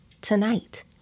Tonight